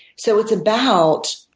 so it's about